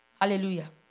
Hallelujah